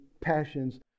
passions